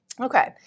Okay